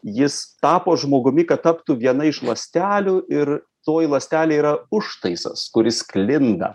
jis tapo žmogumi kad taptų viena iš ląstelių ir toji ląstelė yra užtaisas kuris sklinda